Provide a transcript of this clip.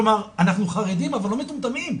כלומר, אנחנו חרדים אבל לא מטומטמים.